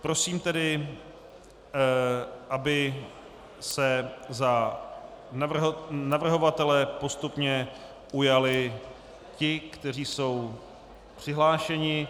Prosím tedy, aby se za navrhovatele postupně ujali slova ti, kteří jsou přihlášeni.